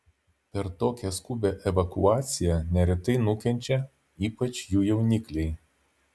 per tokią skubią evakuaciją neretai nukenčia ypač jų jaunikliai